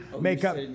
makeup